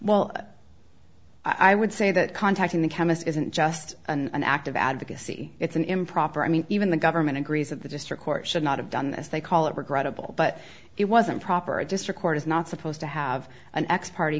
well i would say that contacting the chemist isn't just an act of advocacy it's an improper i mean even the government agrees of the district court should not have done this they call it regrettable but it wasn't proper district court is not supposed to have an x party